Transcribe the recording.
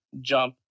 jump